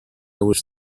was